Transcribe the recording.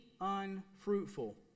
unfruitful